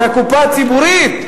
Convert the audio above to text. זו הקופה הציבורית,